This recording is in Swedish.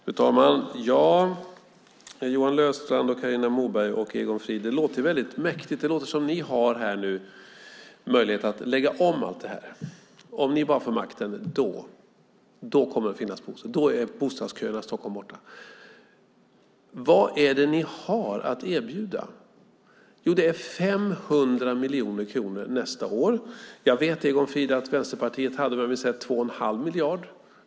Fru talman! Det låter väldigt mäktigt, Johan Löfstrand, Carina Moberg och Egon Frid. Det låter som att ni nu här har möjlighet att lägga om allting. Om ni bara får makten kommer det att finnas bostäder, och då är bostadsköerna i Stockholm borta. Vad är det ni har att erbjuda? Jo, det är 500 miljoner kronor nästa år. Jag vet att Vänsterpartiet hade om jag minns rätt 2 1⁄2 miljard, Egon Frid.